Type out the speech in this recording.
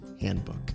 Handbook